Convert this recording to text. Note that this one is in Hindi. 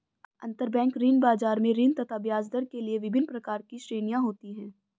अंतरबैंक ऋण बाजार में ऋण तथा ब्याजदर के लिए विभिन्न प्रकार की श्रेणियां होती है